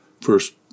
first